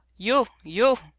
u u!